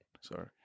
Sorry